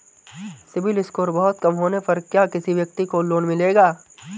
CIBIL score बहुत कम होने पर क्या किसी व्यक्ति को लोंन मिलेगा?